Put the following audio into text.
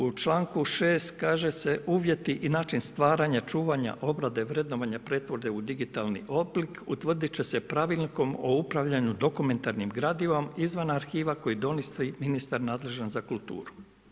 U članku 6. kaže se, uvjeti i način stvaranja, čuvanja, obrade, vrednovanja, pretvorbe u digitalni oblik utvrdit će se Pravilnikom o upravljanju dokumentarnim gradivom izvan arhiva koji donosi ministar nadležan za kulturu.